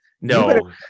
No